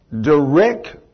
direct